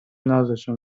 نازشو